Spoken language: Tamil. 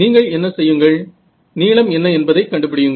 நீங்கள் என்ன செய்யுங்கள் நீளம் என்ன என்பதை கண்டுபிடியுங்கள்